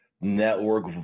network